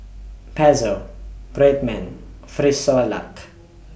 Pezzo Red Man Frisolac